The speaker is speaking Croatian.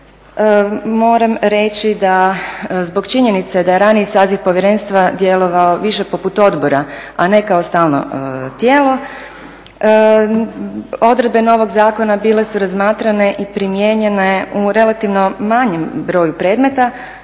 moram reći da zbog činjenice da je raniji saziv povjerenstva djelovao više poput odbora a ne kao stalno tijelo odredbe novog zakona bile su razmatrane i primijenjene u relativno manjem broju predmeta